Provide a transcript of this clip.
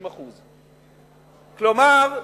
60%. כלומר,